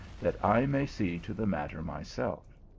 that i may see to the matter myself.